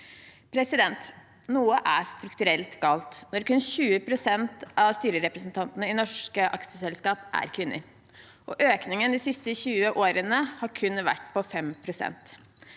næringslivet. Noe er strukturelt galt når kun 20 pst. av styrerepresentantene i norske aksjeselskap er kvinner. Økningen de siste 20 årene har vært på kun 5 pst.